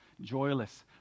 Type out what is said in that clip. joyless